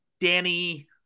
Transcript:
Danny